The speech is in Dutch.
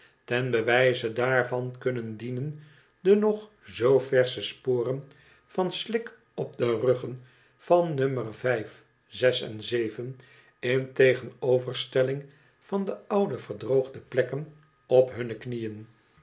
ten bewijze daarvan kunnen dienen de nog zoo versche sporen van slik op de ruggen van nummer vijf zes en zeven in tegenoverstelling van de oude verdroogde plekken op hunne knieën